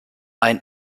ein